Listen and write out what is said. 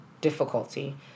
difficulty